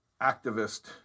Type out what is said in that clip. activist